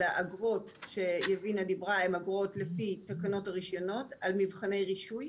אלא אגרות שיבינה דיברה הן אגרות לפי תקנות הרישיונות על מבחני רישוי.